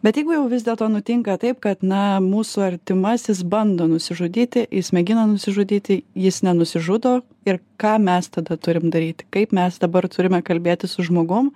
bet jeigu jau vis dėlto nutinka taip kad na mūsų artimasis bando nusižudyti jis mėgino nusižudyti jis nenusižudo ir ką mes tada turim daryti kaip mes dabar turime kalbėtis su žmogum